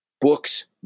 Books